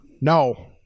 No